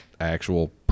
actual